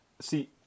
See